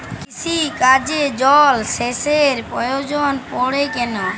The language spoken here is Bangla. কৃষিকাজে জলসেচের প্রয়োজন পড়ে কেন?